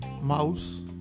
Mouse